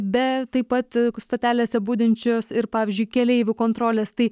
be taip pat stotelėse budinčios ir pavyzdžiui keleivių kontrolės tai